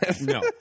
No